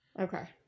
Okay